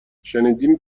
شنیدین